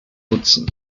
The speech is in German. nutzen